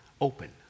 open